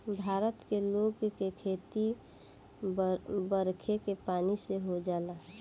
भारत के लोग के खेती त बरखे के पानी से हो जाला